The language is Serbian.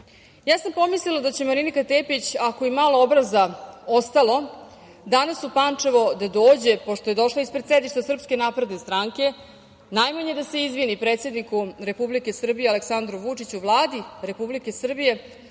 omladinu. Pomislila sam da će Marinika Tepić ako je i malo obraza ostalo, danas u Pančevo da dođe, pošto je došla ispred sedišta SNS, najmanje da se izvini predsedniku Republike Srbije Aleksandru Vučiću, Vladi Republike Srbije,